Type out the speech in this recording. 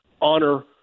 honor